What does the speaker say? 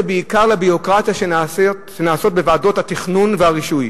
אבל כיוונת את זה בעיקר לביורוקרטיה בוועדות התכנון והרישוי.